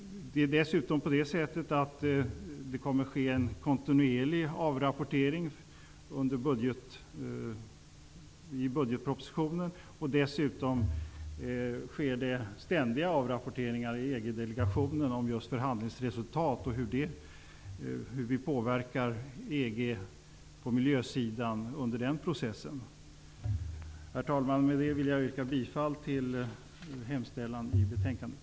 Det kommer att ske en kontinuerlig avrapportering i budgetpropositionen, och dessutom sker det ständiga avrapporteringar i EG-delegationen om förhandlingsresultat och hur vi påverkar EG på miljösidan under den processen. Herr talman! Med det vill jag yrka bifall till hemställan i betänkandet.